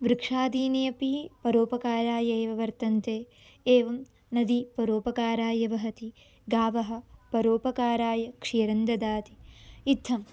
वृक्षादीनि अपि परोपकाराय एव वर्तन्ते एवं नदी परोपकाराय वहति गावः परोपकाराय क्षिरं ददति इत्थं